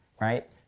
right